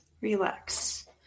relax